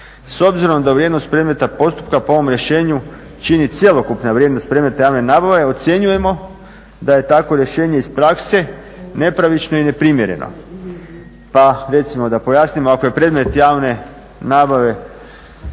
S obzirom da vrijednost predmeta postupka po ovom rješenju čini cjelokupna vrijednost predmeta javne nabave ocjenjujemo da je takvo rješenje iz prakse nepravično i neprimjerno. Pa recimo da pojasnimo, ako je predmet javne nabave